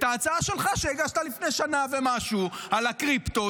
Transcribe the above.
את ההצעה שלך שהגשת לפני שנה ומשהו על הקריפטו,